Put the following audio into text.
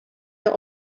der